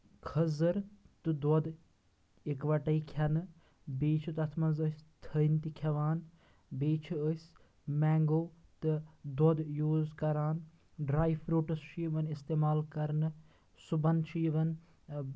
کھٔزر تہٕ دۄد اِکوَٹے کٮ۪ھنہٕ بیٚیہِ چھُ تَتھ منٛز أسۍ تٔھنۍ تہِ کھٮ۪وان بیٚیہِ چھِ أسۍ مینٛگوو تہٕ دۄہ یوٗز کران ڈرٛاے فروٗٹس چھُ یِوان اِستعمال کرنہٕ صبُحن چھُ یِوان